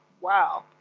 wow